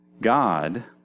God